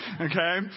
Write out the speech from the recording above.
Okay